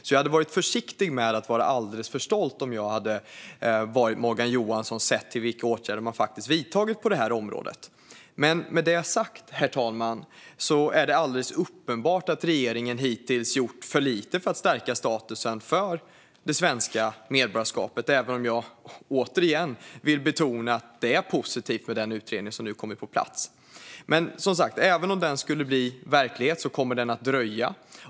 Om jag hade varit Morgan Johansson hade jag därför varit försiktig med att vara alldeles för stolt, sett till vilka åtgärder som man faktiskt har vidtagit på detta område. Herr talman! Med detta sagt är det alldeles uppenbart att regeringen hittills gjort för lite för att stärka statusen för det svenska medborgarskapet, även om jag återigen vill betona att det är positivt med den utredning som nu kommit. Men även om utredningens förslag skulle bli verklighet kommer de att dröja.